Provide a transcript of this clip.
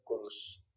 Kurus